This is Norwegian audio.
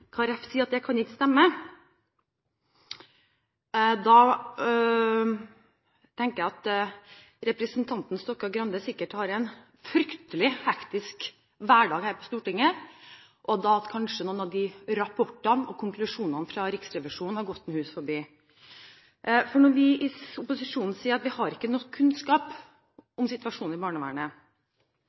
sier, at det ikke kan stemme, tenker jeg at representanten Stokkan-Grande sikkert har en fryktelig hektisk hverdag her på Stortinget, og at noen av rapportene og konklusjonene fra Riksrevisjonen kanskje har gått ham hus forbi. Når vi i opposisjonen sier at vi har ikke nok kunnskap om situasjonen i barnevernet,